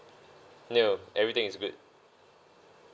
no everything is good